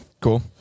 Cool